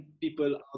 people